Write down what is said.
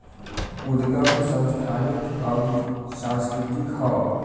उदगम संस्थानिक अउर सांस्कृतिक हौ